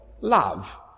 love